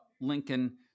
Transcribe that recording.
Lincoln